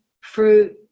fruit